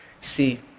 See